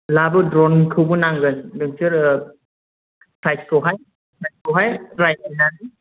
लाबो ड्र'नखौबो नांगोन नोंसोर प्राइसखौहाय रायज्लायनांगोन